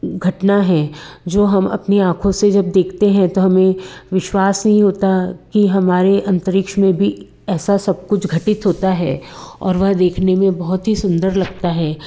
घटना है जो हम अपनी आँखों से जब देखते हैं तो हमें विश्वास नहीं होता कि हमारे अंतरिक्ष में भी ऐसा सब कुछ घटित होता है और वह देखने में बहुत ही सुंदर लगता है